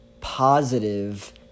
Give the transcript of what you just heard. positive